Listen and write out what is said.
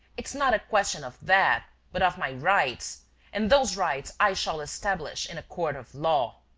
it's not a question of that, but of my rights and those rights i shall establish in a court of law.